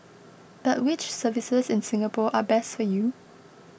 but which services in Singapore are best for you